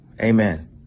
Amen